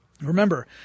Remember